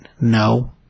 No